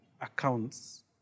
accounts